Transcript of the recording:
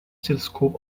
teleskop